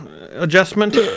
adjustment